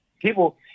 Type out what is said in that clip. People